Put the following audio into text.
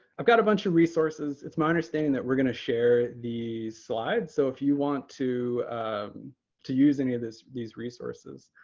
i've got a bunch of resources. it's my understanding that we're going to share the slide, so if you want to to use any of these resources,